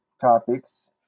topics